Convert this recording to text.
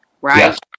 right